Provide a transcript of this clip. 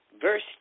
verse